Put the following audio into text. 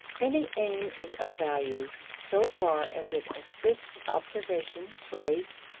any aim is of value so far as it assists observation, choice,